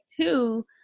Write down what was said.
two